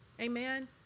Amen